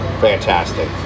Fantastic